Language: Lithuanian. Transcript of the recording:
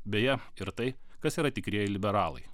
beje ir tai kas yra tikrieji liberalai